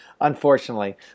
unfortunately